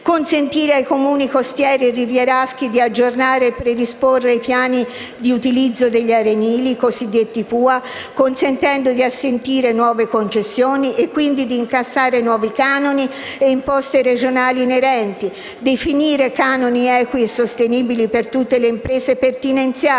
consentire ai Comuni costieri e rivieraschi di aggiornare o predisporre i piani di utilizzo degli arenili (i cosiddetti PUA), consentendo di assentire nuove concessioni e quindi di incassare nuovi canoni e imposte regionali inerenti; definire canoni equi e sostenibili per tutte le imprese balneari,